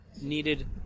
needed